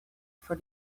for